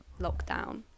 lockdown